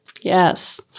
Yes